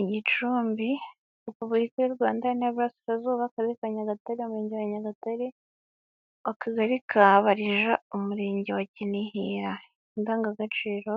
Igicumbi repubulika y'u Rwanda, Intara y'Iburasirazuba, Akarere ka Nyagatare, Umurenge wa Nyagatare, Akagari ka Barija, Umurenge wa Kinihira. Indangagaciro;